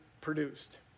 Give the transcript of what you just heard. produced